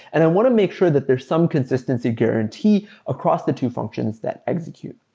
and i want to make sure that there's some consistency guarantee across the two functions that execute.